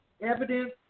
evidence